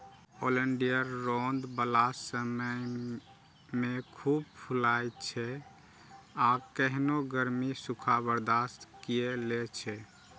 oleander रौद बला समय मे खूब फुलाइ छै आ केहनो गर्मी, सूखा बर्दाश्त कए लै छै